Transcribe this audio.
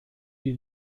die